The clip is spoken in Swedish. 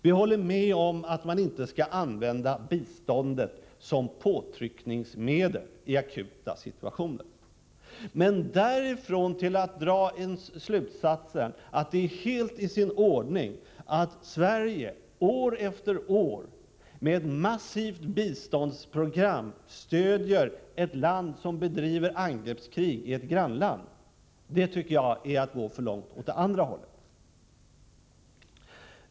Vi håller med om att man inte skall använda biståndet som påtryckningsmedel i akuta situationer. Men därifrån till att dra slutsatsen att det är helt i sin ordning att Sverige år efter år med ett massivt biståndsprogram stöder ett land som bedriver angreppskrig i ett grannland, tycker jag är att gå för långt åt det andra hållet.